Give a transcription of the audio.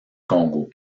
congo